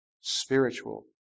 spiritual